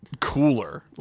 cooler